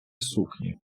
сукні